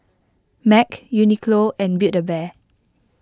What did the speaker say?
Mac Uniqlo and Build A Bear